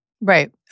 Right